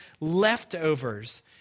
leftovers